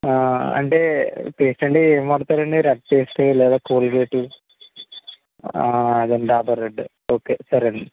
అంటే పేస్ట్ అంటే ఏం వాడతారండి రెడ్ పేస్టు లేదా కోల్గేట్ అదేండి డాబర్ రెడ్డు ఓకే సరే అండి